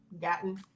gotten